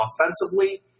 offensively